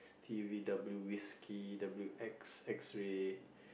T_V W whiskey W X Xray